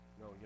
no